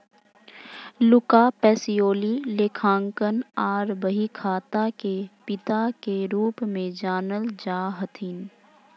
Luca Pacioli लेखांकन आर बहीखाता के पिता के रूप मे जानल जा हथिन